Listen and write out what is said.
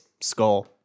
skull